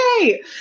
yay